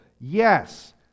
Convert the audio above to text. Yes